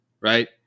right